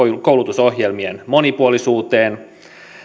koulutusohjelmien monipuolisuuteen